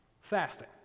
fasting